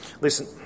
Listen